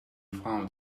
found